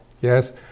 Yes